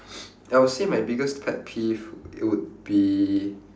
I would say my biggest pet peeve it would be